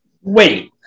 Wait